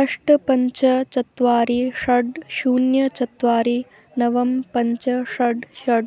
अष्ट पञ्च चत्वारि षड् शून्यं चत्वारि नव पञ्च षड् षड्